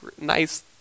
nice